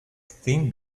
thin